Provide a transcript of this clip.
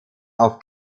auf